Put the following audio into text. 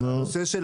על הנושא של